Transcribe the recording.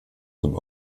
zum